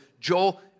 Joel